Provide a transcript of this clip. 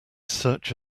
search